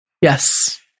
Yes